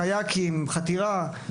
קיאקים או חתירה.